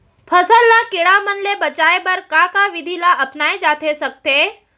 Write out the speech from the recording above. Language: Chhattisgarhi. फसल ल कीड़ा मन ले बचाये बर का का विधि ल अपनाये जाथे सकथे?